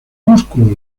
músculo